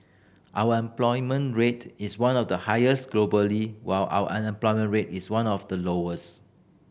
our employment rate is one of the highest globally while our unemployment rate is one of the lowest